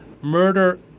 Murder